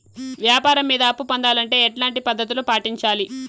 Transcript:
వ్యాపారం మీద అప్పు పొందాలంటే ఎట్లాంటి పద్ధతులు పాటించాలి?